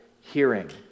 hearing